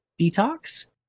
detox